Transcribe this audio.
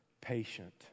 patient